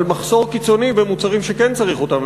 אבל מחסור קיצוני במוצרים שכן צריך אותם,